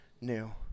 new